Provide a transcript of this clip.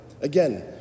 Again